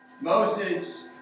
Moses